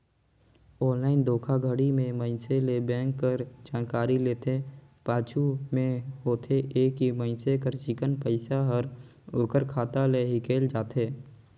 online धोखाघड़ी में मइनसे ले बेंक कर जानकारी लेथे, पाछू में होथे ए कि मइनसे कर चिक्कन पइसा हर ओकर खाता ले हिंकेल जाथे